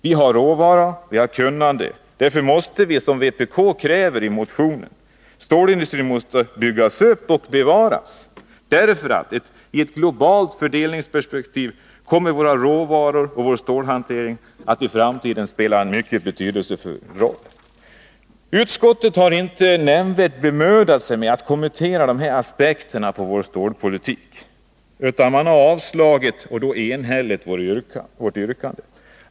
Vi har råvaran, vi har kunnandet, och därför måste vi, som vpk kräver i motionen, bygga ut och bevara stålindustrin. I ett globalt fördelningsperspektiv kommer nämligen våra råvaror och vår stålhantering att i framtiden spela en mycket betydelsefull roll. Utskottet har inte nämnvärt bemödat sig att kommentera de här aspekterna på vår stålpolitik utan har enhälligt avstyrkt vårt yrkande.